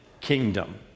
kingdom